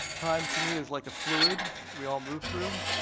time to me is like a fluid we all move through,